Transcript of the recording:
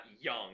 young